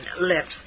lips